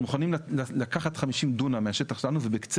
אנחנו מוכנים לקחת 50 דונם מהשטח שלנו ובקצה